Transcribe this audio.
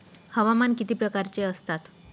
हवामान किती प्रकारचे असतात?